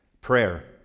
Prayer